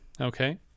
okay